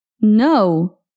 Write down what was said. No